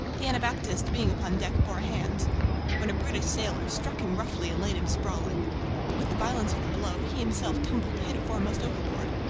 the anabaptist being upon deck bore a hand when a brutish sailor struck him roughly and laid him sprawling but with the violence of the blow he himself tumbled head foremost overboard,